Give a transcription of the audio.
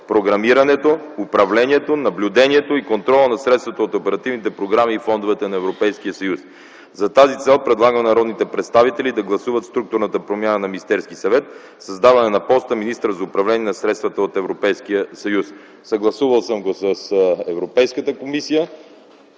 програмирането, управлението, наблюдението и контрола на средствата от оперативните програми и фондовете на Европейския съюз. За тази цел предлагам на народните представители да гласуват структурната промяна на Министерския съвет за създаване на поста министър за управление на средствата от Европейския съюз. Съгласувал съм го с Европейската комисия,